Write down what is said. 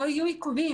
לא יהיו עיכובים.